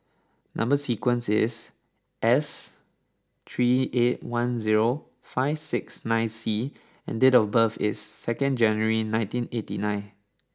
number sequence is S three eight one zero five six nine C and date of birth is second January nineteen eighty nine